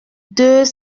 deux